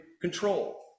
control